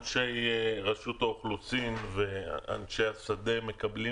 אנשי רשות האוכלוסין ואנשי השדה מקבלים